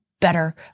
better